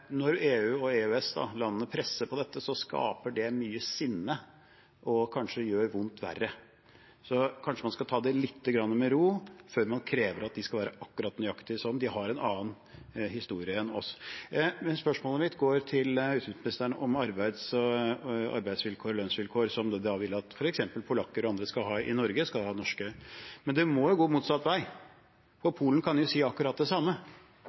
Når EU- og EØS-landene presser på dette, skaper det mye sinne og gjør kanskje vondt verre, så kanskje man skal ta det lite grann med ro før man krever at de skal være akkurat som oss. De har en annen historie enn oss. Men spørsmålet mitt til utenriksministeren handler om lønns- og arbeidsvilkårene som man vil at f.eks. polakker og andre skal ha i Norge, og at de skal ha norske vilkår. Men det må jo gå motsatt vei også, for Polen kan jo si akkurat det samme.